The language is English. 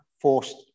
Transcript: forced